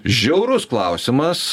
žiaurus klausimas